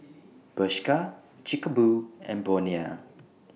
Bershka Chic A Boo and Bonia